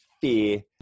fear